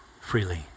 freely